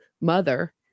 mother